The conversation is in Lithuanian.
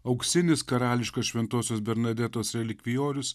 auksinis karališkas šventosios bernadetos relikvijorius